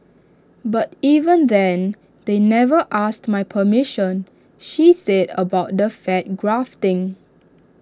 but even then they never asked my permission she said about the fat grafting